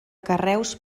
carreus